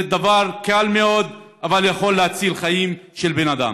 זה דבר קל מאוד, אבל יכול להציל חיים של בן אדם.